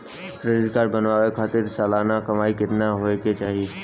Credit card बनवावे खातिर सालाना कमाई कितना होए के चाही?